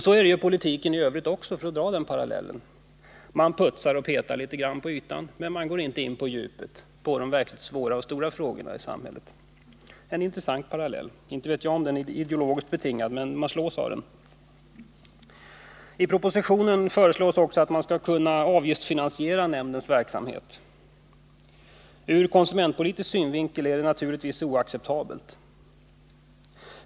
Så är det i politiken i övrigt också, för att dra parallellen: Man putsar och petar litet på ytan, men man går inte in på djupet, på de verkligt svåra och stora frågorna i samhället. Det är en intressant parallell — jag vet inte om den är ideologiskt betingad, men man slås av den. I propositionen föreslås också att man skall kunna avgiftsfinansiera nämndens verksamhet. Ur konsumentpolitisk synvinkel är det naturligtvis oacceptabelt.